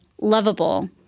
lovable